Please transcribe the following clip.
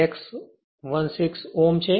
x 1 6 Ω છે